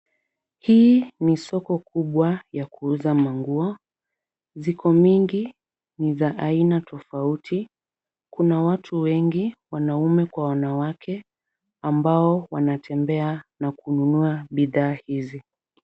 Hii ni soko kubwa ya kuuza manguo. Ziko mingi, ni za aina tofauti. Kuna watu wengi, wanaume kwa wanawake ambao wanatembea na kununua bidhaa hizi.